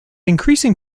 increasing